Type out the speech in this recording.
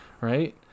right